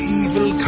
evil